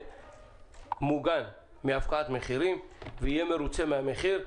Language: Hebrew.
מוגן מהפקעת מחירים ויהיה מרוצה מהמחיר,